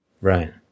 right